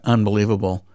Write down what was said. Unbelievable